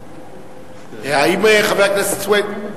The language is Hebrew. האם, חבר הכנסת סוייד,